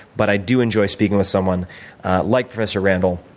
but i do enjoy speaking with someone like professor randall.